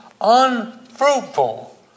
unfruitful